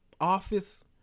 office